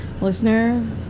listener